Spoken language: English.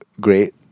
great